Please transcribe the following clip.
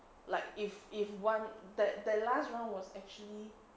like if if one that that that last round was actually